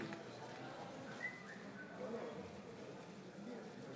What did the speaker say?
אינו נוכח מנחם אליעזר